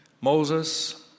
Moses